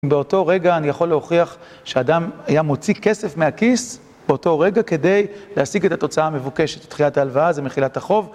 באותו רגע אני יכול להוכיח שהאדם היה מוציא כסף מהכיס באותו רגע כדי להשיג את התוצאה המבוקשת, את דחיית ההלוואה, זה מחילת החוב.